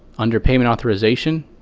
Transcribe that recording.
under payment authorization,